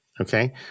Okay